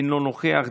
אינו נוכח,